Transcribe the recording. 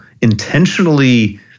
intentionally